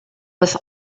was